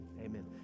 Amen